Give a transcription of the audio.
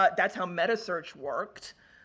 ah that's how metasearch worked.